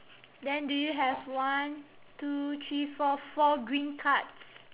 then do you have one two three four four green cards